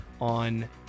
on